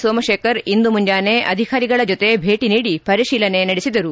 ಸೋಮಶೇಖರ್ ಇಂದು ಮುಂಜಾನೆ ಅಧಿಕಾರಿಗಳ ಜೊತೆ ಭೇಟಿ ನೀಡಿ ಪರಿತೀಲನೆ ನಡೆಸಿದರು